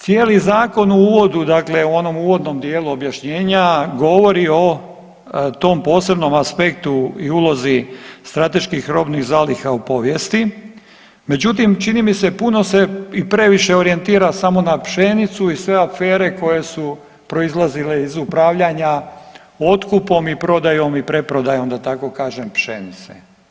Cijeli zakon u uvodu, dakle u onom uvodnom dijelu objašnjenja govori o tom posebnom aspektu i ulozi strateških robnih zaliha u povijesti, međutim čini mi se puno se i previše orijentira samo na pšenicu i sve afere koje su proizlazile iz upravljanja otkupom i prodajom i preprodajom da tako kažem pšenice.